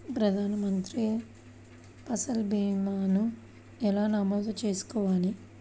ప్రధాన మంత్రి పసల్ భీమాను ఎలా నమోదు చేసుకోవాలి?